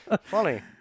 Funny